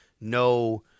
no